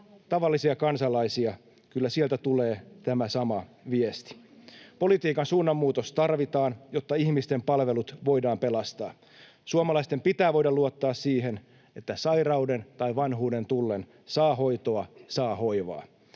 tavallisia kansalaisia. Kyllä sieltä tulee tämä sama viesti. Politiikan suunnanmuutos tarvitaan, jotta ihmisten palvelut voidaan pelastaa. Suomalaisten pitää voida luottaa siihen, että sairauden tai vanhuuden tullen saa hoitoa ja saa hoivaa.